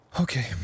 okay